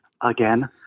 again